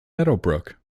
meadowbrook